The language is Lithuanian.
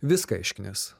viską išknis